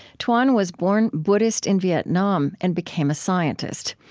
thuan was born buddhist in vietnam and became a scientist.